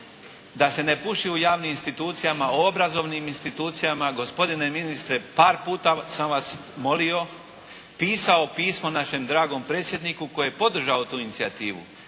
da se ne puši u javnim institucijama, obrazovnim institucijama. Gospodine ministre par puta sam vas molio, pisao pismo našem dragom predsjedniku koji je podržao tu inicijativu,